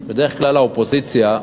בדרך כלל האופוזיציה,